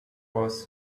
was